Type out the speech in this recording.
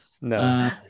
No